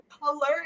color